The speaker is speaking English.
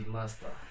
Master